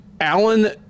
Alan